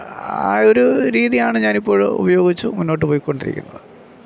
ആ ഒരു രീതിയാണ് ഞാൻ ഇപ്പോഴും ഉപയോഗിച്ചു മുന്നോട്ട് പൊയ്ക്കൊണ്ടിരിക്കുന്നത്